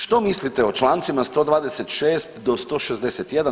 Što mislite o Člancima 126. do 161.